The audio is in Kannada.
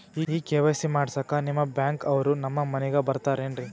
ಈ ಕೆ.ವೈ.ಸಿ ಮಾಡಸಕ್ಕ ನಿಮ ಬ್ಯಾಂಕ ಅವ್ರು ನಮ್ ಮನಿಗ ಬರತಾರೆನ್ರಿ?